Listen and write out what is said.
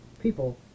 People